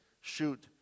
shoot